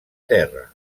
terra